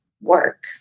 work